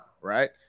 right